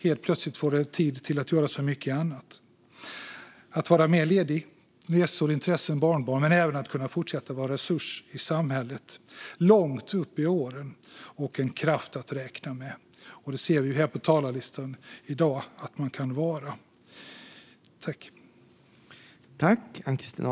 Helt plötsligt får man tid för mycket annat: mer ledigt, resor, intressen och barnbarn men även att kunna fortsätta att vara en resurs i samhället långt upp i åren och en kraft att räkna med. Vi ser på talarlistan här i dag att man kan vara detta.